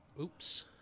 oops